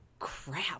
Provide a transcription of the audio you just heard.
Crap